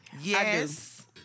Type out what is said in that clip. Yes